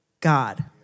God